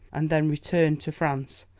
and then returned to france,